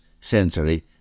century